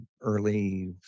early